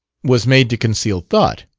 was made to conceal thought,